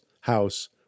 house